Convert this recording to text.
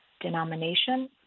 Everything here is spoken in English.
denomination